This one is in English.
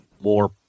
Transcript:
more